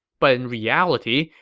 but in reality,